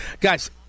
Guys